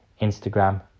Instagram